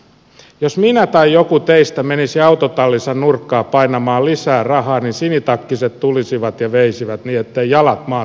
jos minä tai joku teistä menisi autotallinsa nurkkaan painamaan lisää rahaa niin sinitakkiset tulisivat ja veisivät niin etteivät jalat maata tapaa